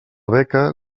beca